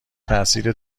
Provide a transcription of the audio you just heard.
تاثیر